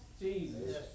Jesus